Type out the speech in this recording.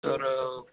तर